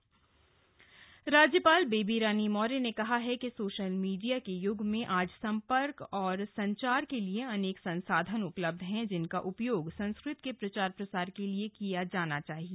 राज्यपाल दीक्षांत समारोह राज्यपाल बेबी रानी मौर्य ने कहा है कि सोशल मीडिया के युग में आज सम्पर्क और एवं संचार के लिए अनेक संसाधन उपलब्ध हैं जिनका उपयोगसंस्कृत के प्रचार प्रसार के लिए किया जाना चाहिए